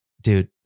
dude